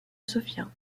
sofia